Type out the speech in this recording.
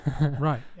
Right